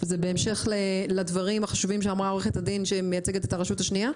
זה בהמשך לדברים החשובים שאמרה העורכת הדין שמייצגת את הרשות השנייה,